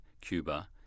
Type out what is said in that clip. Cuba